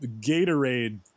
Gatorade